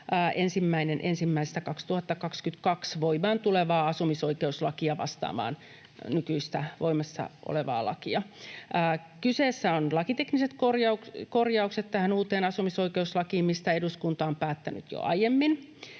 1.1.2022 voimaan tulevaa asumisoikeuslakia vastaamaan nykyistä, voimassa olevaa lakia. Kyseessä ovat lakitekniset korjaukset tähän uuteen asumisoikeuslakiin, mistä eduskunta on päättänyt jo aiemmin.